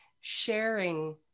sharing